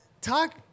talk